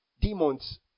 demons